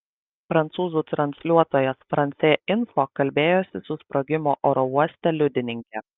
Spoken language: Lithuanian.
prancūzų transliuotojas france info kalbėjosi su sprogimo oro uoste liudininke